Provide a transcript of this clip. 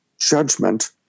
judgment